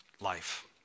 life